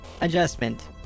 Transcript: Adjustment